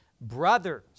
brothers